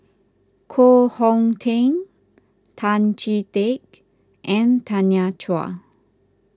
Koh Hong Teng Tan Chee Teck and Tanya Chua